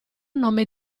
nome